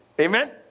Amen